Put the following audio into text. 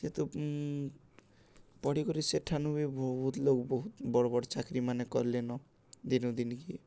ଯେହେତୁ ପଢ଼ିକରି ସେଠାନୁ ବି ବହୁତ ଲୋକ ବହୁତ ବଡ଼ ବଡ଼ ଚାକିରୀମାନେ କଲେନ ଦିନୁ ଦିନ କିି